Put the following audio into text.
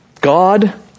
God